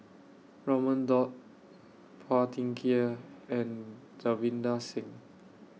Raman Daud Phua Thin Kiay and Davinder Singh